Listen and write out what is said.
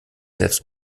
selbst